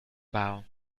bow